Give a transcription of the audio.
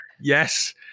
Yes